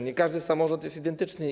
Nie każdy samorząd jest identyczny.